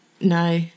No